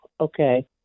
okay